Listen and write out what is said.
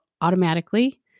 automatically